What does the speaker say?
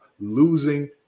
losing